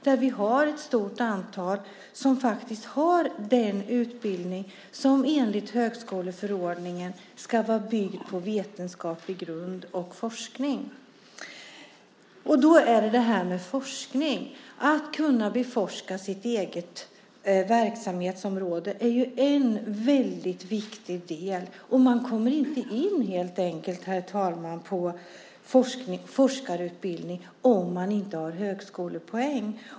Där har vi ett stort antal som har den utbildning som enligt högskoleförordningen ska vara byggd på vetenskaplig grund och forskning. Att kunna beforska sitt eget verksamhetsområde är en väldigt viktig del av forskningen. Man kommer helt enkelt inte in på forskarutbildning om man inte har högskolepoäng.